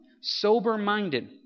sober-minded